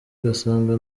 ugasanga